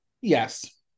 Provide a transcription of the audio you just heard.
Yes